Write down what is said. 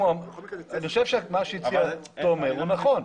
אני חושב שמה שהציע תומר הוא נכון,